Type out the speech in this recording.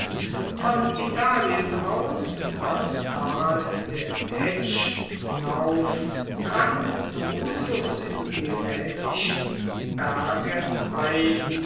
von italien aus das tal der etsch hinauf drang drusus in die rätischen berge ein